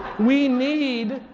we need